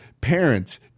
parents